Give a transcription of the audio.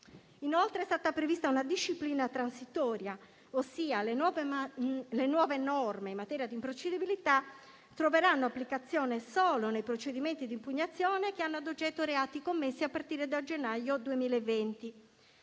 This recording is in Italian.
Inoltre, è stata prevista una disciplina transitoria, ossia le nuove norme in materia di improcedibilità troveranno applicazione solo nei procedimenti di impugnazione che hanno a oggetto reati commessi a partire da gennaio 2020.